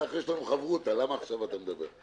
יש לנו חברותא, למה עכשיו אתה מדבר?